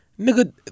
Nigga